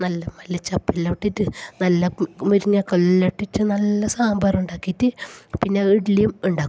നല്ല മല്ലി ചപ്പെല്ലാം ഇട്ടിട്ടു നല്ല മുരിങ്ങക്ക എല്ലാം ഇട്ടിട്ടു നല്ല സാമ്പാര് ഉണ്ടാക്കിയിട്ട് പിന്നെ ഇഡ്ഡലിയും ഉണ്ടാക്കും